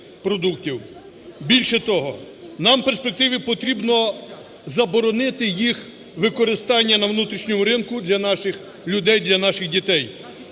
продуктів. Більше того, нам в перспективі потрібно заборонити їх використання на внутрішньому ринку для наших людей, для наших дітей.